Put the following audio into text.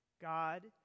God